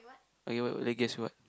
okay wait wait guess what